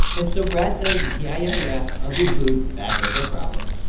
and so brad says, yeah, yeah, yeah. ugly food that is a problem.